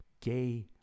gay